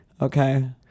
Okay